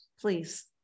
please